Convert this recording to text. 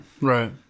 Right